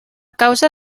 causa